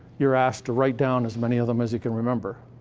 you're asked to write down as many of them as you can remember.